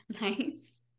nice